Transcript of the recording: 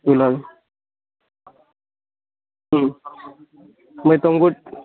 ବୋଲାମି ହୁଁ ମୁଇଁ ତୁମକୁ